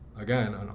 again